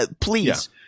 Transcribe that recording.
please